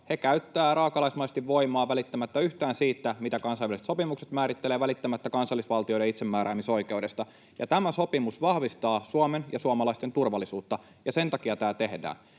He käyttävät raakalaismaisesti voimaa välittämättä yhtään siitä, mitä kansainväliset sopimukset määrittelevät, ja välittämättä kansallisvaltioiden itsemääräämisoikeudesta. Tämä sopimus vahvistaa Suomen ja suomalaisten turvallisuutta, ja sen takia tämä tehdään.